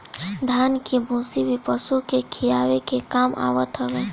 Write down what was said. धान के भूसी भी पशु के खियावे के काम आवत हवे